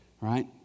right